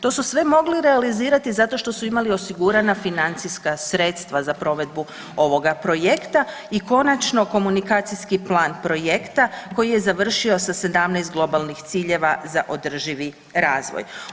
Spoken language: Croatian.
To su sve mogli realizirati zašto što imali osigurana financijska sredstva za provedbu ovoga projekta i končano komunikacijski plan projekta koji je završio sa 17 globalnih ciljeva za održivi razvoj.